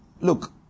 look